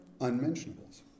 unmentionables